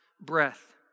breath